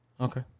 Okay